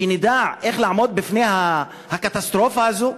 שנדע איך לעמוד בפני הקטסטרופה הזו?